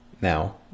now